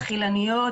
חילוניות,